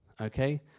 Okay